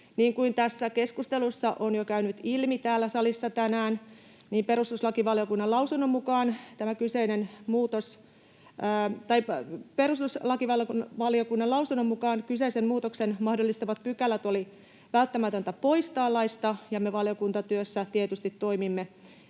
kuin tässä keskustelussa on jo käynyt ilmi täällä salissa tänään, perustuslakivaliokunnan lausunnon mukaan kyseisen muutoksen mahdollistavat pykälät oli välttämätöntä poistaa laista, ja me valiokuntatyössä tietysti toimimme